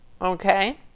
okay